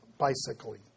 bicycling